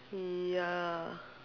mm ya